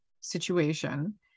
situation